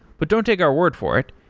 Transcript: but don't take our word for it.